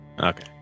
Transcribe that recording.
Okay